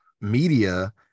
media